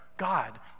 God